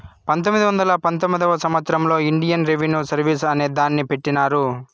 పంతొమ్మిది వందల పంతొమ్మిదివ సంవచ్చరంలో ఇండియన్ రెవిన్యూ సర్వీస్ అనే దాన్ని పెట్టినారు